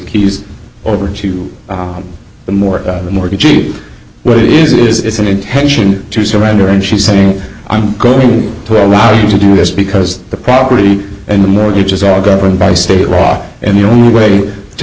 keys over to the more mortgages what is it is it's an intention to surrender and she's saying i'm going to allow you to do this because the property and the mortgages are governed by state law and the only way to